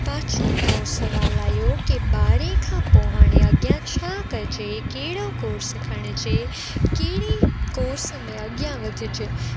पाछो नओं सुवालु आहियो की ॿारहें खां पोइ हाणे अॻियां छा करिजे कहिड़ो कोर्स खणिजे कहिड़ी कोर्स में अॻियां वधिजे